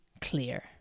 Clear